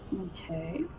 okay